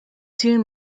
two